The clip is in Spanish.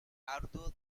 arduo